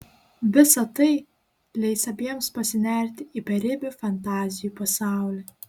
visa tai leis abiems pasinerti į beribį fantazijų pasaulį